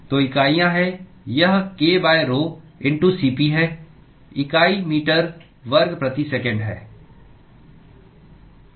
तो इकाइयाँ हैं यह krhoCp है इकाई मीटर वर्ग प्रति सेकंड है